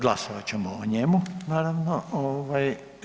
Glasovat ćemo o njemu, naravno, ovaj.